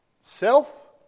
Self